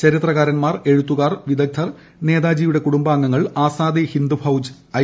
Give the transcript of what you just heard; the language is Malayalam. ചരിത്രകാരുന്മാർ എഴുത്തുകാർ വിദഗ്ദ്ധർ നേതാജിയുടെ കുടുംബാംഗങ്ങൾ ആസാദി ഹിന്ദ് ഫൌജ് ഐ